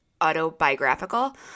autobiographical